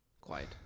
quiet